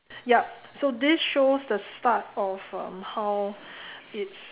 yup so this shows the start of um how it's